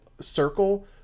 circle